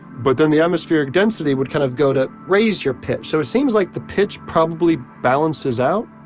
but then the atmospheric density would kind of go to raise your pitch, so it seems like the pitch probably balances out